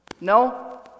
No